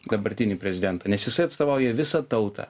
dabartinį prezidentą nes jisai atstovauja visą tautą